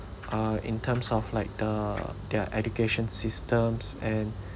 uh in terms of like the their education systems and